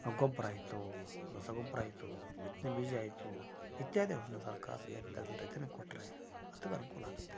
ಗೊಬ್ಬರ ಆಯಿತು ರಸಗೊಬ್ಬರ ಆಯಿತು ಬಿತ್ತನೆ ಬೀಜ ಆಯಿತು ಇತ್ಯಾದಿಗಳನ್ನು ಸರ್ಕಾರ ರಿಯಾಯಿತಿ ದರದಲ್ಲಿ ರೈತನಿಗೆ ಕೊಟ್ಟರೆ ಆತಗೆ ಅನುಕೂಲ ಆಗುತ್ತೆ